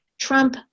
Trump